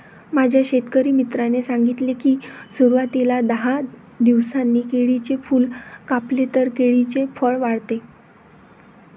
माझ्या शेतकरी मित्राने सांगितले की, सुरवातीला दहा दिवसांनी केळीचे फूल कापले तर केळीचे फळ वाढते